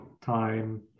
time